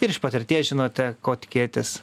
ir iš patirties žinote ko tikėtis